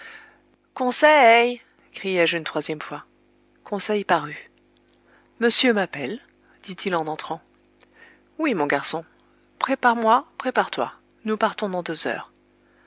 conseil criai-je une troisième fois conseil parut monsieur m'appelle dit-il en entrant oui mon garçon prépare moi prépare-toi nous partons dans deux heures